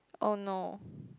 !oh no!